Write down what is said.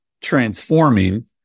transforming